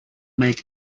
make